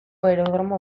aerodromo